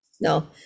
No